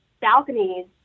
balconies